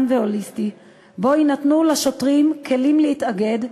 והוליסטי שבו יינתנו לשוטרים כלים להתאגד,